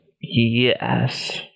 Yes